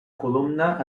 columna